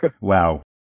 Wow